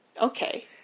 Okay